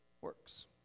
works